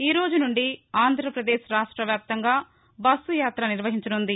ఈరోజు నుండి ఆంధ్రప్రదేశ్ రాష్టవ్యాప్తంగా బస్సుయాత నిర్వహించనున్నది